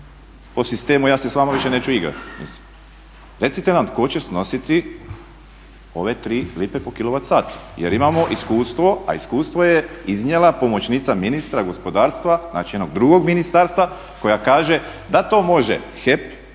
po sistemu ja se s vama neću više igrati. Recite nam tko će snositi ove tri lipe po kilovat satu jer imamo iskustvo, a iskustvo je iznijela pomoćnica ministra gospodarstva, znači jednog drugog ministarstva koja kaže da to može HEP